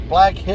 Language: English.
Black